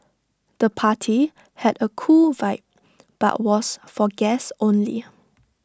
the party had A cool vibe but was for guests only